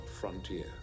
frontier